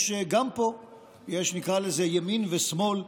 גם פה יש ימין ושמאל,